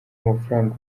w’amafaranga